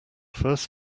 first